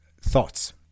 thoughts